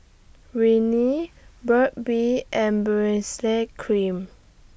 Rene Burt's Bee and Cream